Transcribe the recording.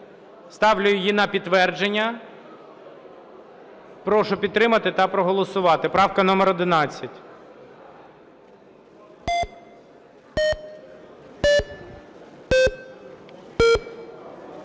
Ставлю її на підтвердження. Прошу підтримати та проголосувати. Правка номер 11.